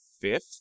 fifth